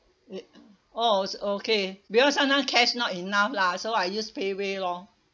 oh okay because right now cash not enough lah so I use paywave lor